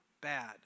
bad